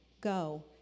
go